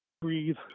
breathe